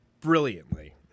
brilliantly